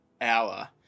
hour